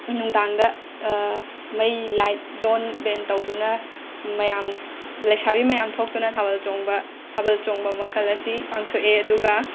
ꯅꯨꯡꯗꯥꯡꯗ ꯃꯩ ꯂꯥꯏꯠ ꯗꯣꯟ ꯕꯦꯟ ꯇꯧꯗꯨꯅ ꯃꯌꯥꯝ ꯂꯩꯁꯥꯕꯤ ꯃꯌꯥꯝ ꯊꯣꯛꯇꯨꯅ ꯊꯥꯕꯜ ꯆꯣꯡꯕ ꯊꯥꯕꯜ ꯆꯣꯡꯕ ꯃꯈꯜ ꯑꯁꯤ ꯄꯥꯡꯊꯣꯛꯑꯦ ꯑꯗꯨꯒ